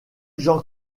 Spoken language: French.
jean